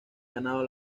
ganado